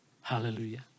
Hallelujah